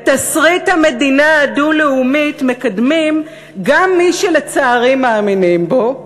את תסריט המדינה הדו-לאומית מקדמים גם מי שלצערי מאמינים בו.